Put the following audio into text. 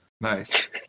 Nice